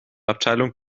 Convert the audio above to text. abteilung